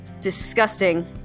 Disgusting